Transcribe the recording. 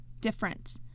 different